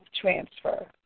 transfer